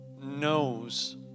knows